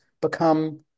become